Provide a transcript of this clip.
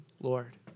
Lord